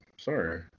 Sorry